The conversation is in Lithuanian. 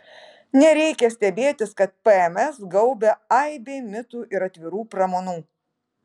nereikia stebėtis kad pms gaubia aibė mitų ir atvirų pramanų